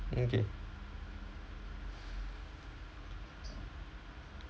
okay